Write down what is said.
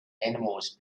animals